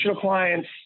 clients